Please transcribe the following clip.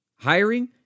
Hiring